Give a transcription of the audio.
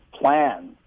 plan